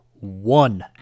one